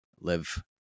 live